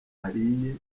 ariye